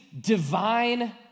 divine